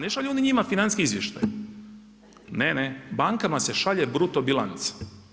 Ne šalju oni njima financijske izvještaje, ne, ne, bankama se šalje bruto bilanca.